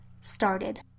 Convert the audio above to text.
started